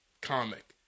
comic